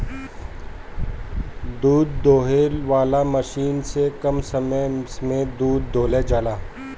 दूध दूहे वाला मशीन से कम समय में दूध दुहा जाला